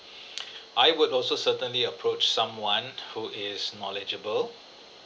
I would also certainly approach someone who is knowledgeable